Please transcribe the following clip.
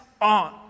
on